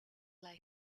life